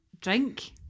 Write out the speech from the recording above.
drink